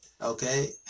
okay